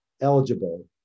eligible